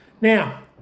Now